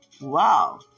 wow